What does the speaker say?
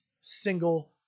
single